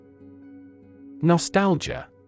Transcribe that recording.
Nostalgia